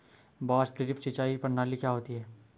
बांस ड्रिप सिंचाई प्रणाली क्या होती है?